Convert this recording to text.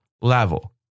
level